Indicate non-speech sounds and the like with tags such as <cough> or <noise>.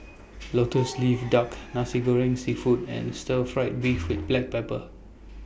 <noise> Lotus Leaf Duck Nasi Goreng Seafood and Stir Fried Beef with Black Pepper